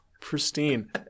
pristine